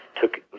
took